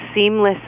seamless